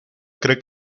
cree